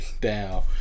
down